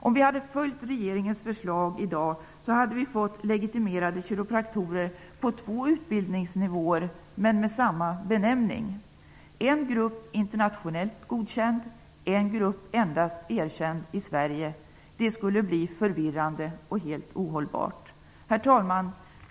Om vi följer regeringens förslag får vi legitimerade kiropraktorer på två utbildningsnivåer, men med samma benämning -- en grupp internationellt godkänd, en grupp endast erkänd i Sverige. Det skulle bli förvirrande och helt ohållbart. Herr talman!